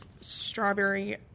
strawberry